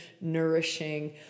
nourishing